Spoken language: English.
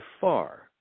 far